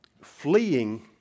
Fleeing